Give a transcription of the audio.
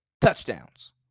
touchdowns